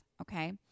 Okay